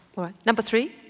right. number three.